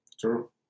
True